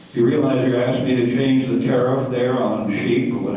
you realize you ask me to change the tariff there on shaffer or